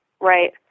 right